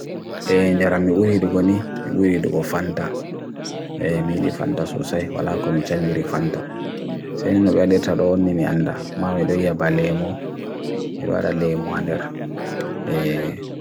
e njaram n'i uri dugo n'i, uri dugo fanta e mili fanta sosai wala komi changiri fanta se n'i n'o bedetad o'n n'i mianda m'a bedoi ya ba lemo herwa da lemo andera ee